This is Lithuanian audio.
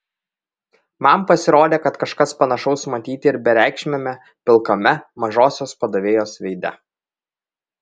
man pasirodė kad kažkas panašaus matyti ir bereikšmiame pilkame mažosios padavėjos veide